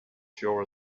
sure